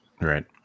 right